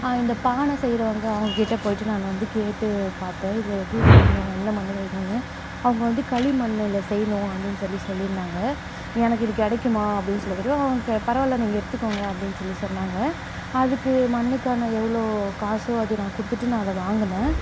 இந்த பானை செய்றவங்க அவங்கக்கிட்ட போயிட்டு நான் வந்து கேட்டுப்பார்த்தேன் இதில் எது செய்யணும் என்ன மண் வைக்கணும்னு அவங்க வந்து களிமண்ணில் செய்யணும் அப்படினு சொல்லி சொல்லியிருந்தாங்க எனக்கு இது கிடைக்குமா அப்படீனு சொல்லி கேட்டோம் அவங்க பரவாயில்ல நீங்கள் எடுத்துக்கோங்க அப்படீனு சொல்லி சொன்னாங்க அதுக்கு மண்ணுக்கான எவ்வளோ காசோ அது நான் கொடுத்துட்டு நான் அதை வாங்கினேன்